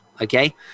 okay